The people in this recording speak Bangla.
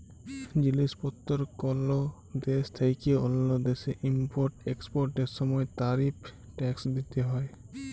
জিলিস পত্তর কল দ্যাশ থ্যাইকে অল্য দ্যাশে ইম্পর্ট এক্সপর্টের সময় তারিফ ট্যাক্স দ্যিতে হ্যয়